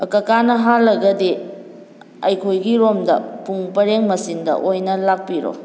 ꯀꯀꯥꯅ ꯍꯥꯜꯂꯒꯗꯤ ꯑꯩꯈꯣꯏꯒꯤ ꯔꯣꯝꯗ ꯄꯨꯡ ꯄꯔꯦꯡ ꯃꯆꯤꯟꯗ ꯑꯣꯏꯅ ꯂꯥꯛꯄꯤꯔꯣ